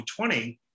2020